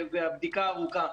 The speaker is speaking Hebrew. ובדיקה ארוכה.